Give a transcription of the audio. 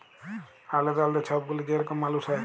আলেদা আলেদা ছব গুলা যে রকম মালুস হ্যয়